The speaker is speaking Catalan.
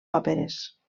òperes